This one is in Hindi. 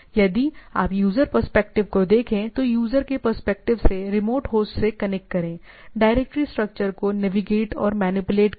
यदि आप यूज़र पर्सपेक्टिव को देखें तो यूजर के पर्सपेक्टिव से रिमोट होस्ट से कनेक्ट करेंडायरेक्टरी स्ट्रक्चर को नेविगेट और मैनिपुलेट करें